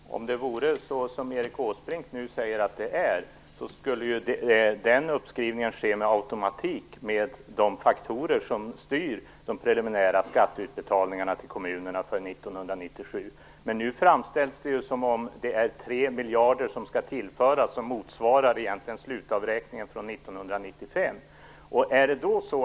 Fru talman! Om det vore som Erik Åsbrink nu säger att det är, skulle den uppskrivningen ske med automatik med de faktorer som styr de preliminära skatteutbetalningarna till kommunerna för 1997. Nu framställs det som om 3 miljarder som egentligen motsvarar slutavräkningen för 1995 skall tillföras.